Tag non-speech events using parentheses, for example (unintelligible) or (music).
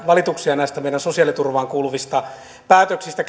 valituksia meidän sosiaaliturvaamme kuuluvista päätöksistä (unintelligible)